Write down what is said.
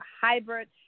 hybrid